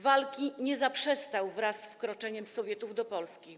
Walki nie zaprzestał wraz z wkroczeniem Sowietów do Polski.